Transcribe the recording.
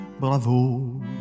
bravo